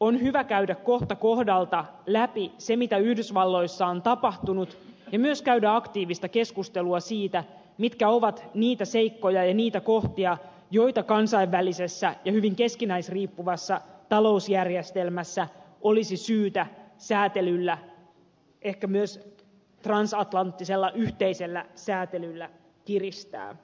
on hyvä käydä kohta kohdalta läpi se mitä yhdysvalloissa on tapahtunut ja myös käydä aktiivista keskustelua siitä mitkä ovat niitä seikkoja ja niitä kohtia joita kansainvälisessä ja hyvin keskinäisriippuvassa talousjärjestelmässä olisi syytä säätelyllä ehkä myös transatlanttisella yhteisellä säätelyllä kiristää